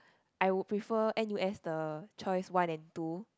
I would prefer n_u_s the choice one and two